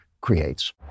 creates